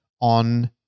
on